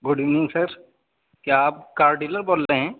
good evening sir کیا آپ car dealer بول رہے ہیں